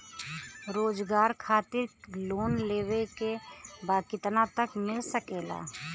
रोजगार खातिर लोन लेवेके बा कितना तक मिल सकेला?